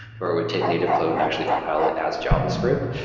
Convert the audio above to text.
or it would take native code and actually compile it as javascript.